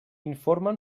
informen